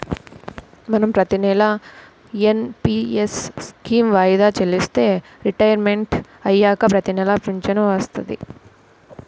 మనం ప్రతినెలా NPS scheme వాయిదా చెల్లిస్తే రిటైర్మంట్ అయ్యాక ప్రతినెలా పింఛను వత్తది